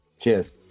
Cheers